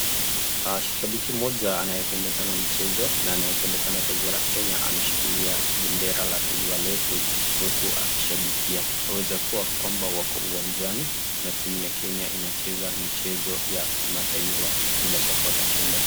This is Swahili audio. Shabiki moja anayependa sana mchezo na anayependa sana taifa la Kenya ameishikilia bendera la taifa letu huku akishabikia. Waweza kuwa kwamba wako uwanjani na timu ya Kenya inacheza michezo ya kimataifa, bila shaka watashinda.